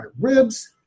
ribs